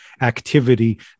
activity